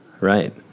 right